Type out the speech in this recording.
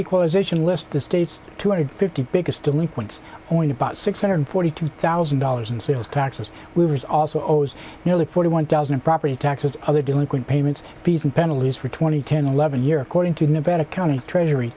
equalization listed states two hundred fifty biggest delinquents point about six hundred forty two thousand dollars in sales taxes weavers also owes nearly forty one thousand of property taxes other delinquent payments fees and penalties for twenty ten eleven year according to the nevada county treasury